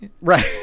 Right